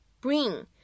bring